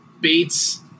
Bates